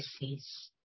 disease